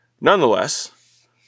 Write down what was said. Nonetheless